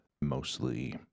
mostly